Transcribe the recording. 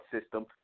system